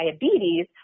diabetes